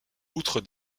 outre